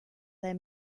their